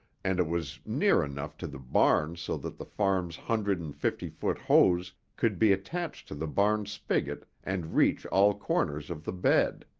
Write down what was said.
and it was near enough to the barn so that the farm's hundred-and-fifty-foot hose could be attached to the barn spigot and reach all corners of the bed.